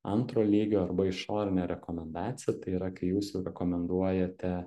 antro lygio arba išorinė rekomendacija tai yra kai jūs jau rekomenduojate